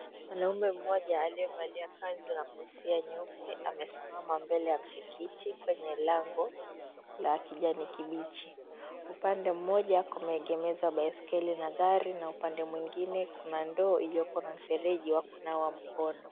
Mwanaume mmoja aliyevalia kanzu na kofia nyeupe amesimama mbele ya msikiti kwenye lango la kijani kibichi, upande moja kumeegemeza baiskeli na gari na upande mwingine kuna ndoo iliyoko na mfereji wa kunawa mkono.